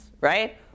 right